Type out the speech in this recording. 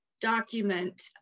document